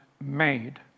made